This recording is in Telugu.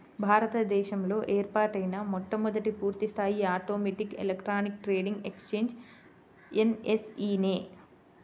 భారత దేశంలో ఏర్పాటైన మొట్టమొదటి పూర్తిస్థాయి automatic electronic trading exchange NSE నే